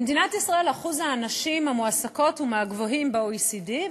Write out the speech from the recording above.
במדינת ישראל אחוז הנשים המועסקות הוא מהגבוהים ב-OECD,